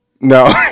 No